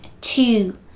two